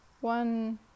one